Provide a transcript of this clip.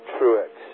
Truex